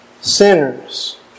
sinners